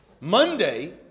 Monday